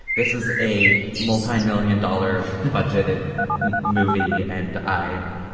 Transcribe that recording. this is a multi-million dollar budgeted movie. and i, and